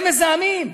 הם מזהמים.